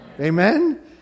Amen